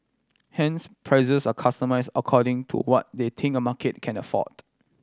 hence prices are customised according to what they think a market can afford